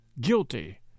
guilty